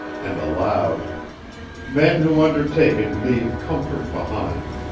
and aloud men who undertake it leave comfort behind.